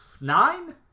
nine